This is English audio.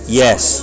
Yes